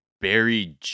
Barry